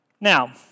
Now